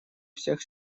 всех